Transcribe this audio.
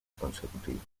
consecutivos